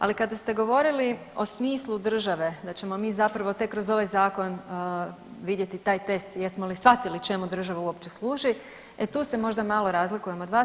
Ali kada ste govorili o smislu države da ćemo mi zapravo tek kroz ovaj Zakon vidjeti taj test jesmo li shvatili čemu država uopće služi, e tu se možda malo razlikujem od vas.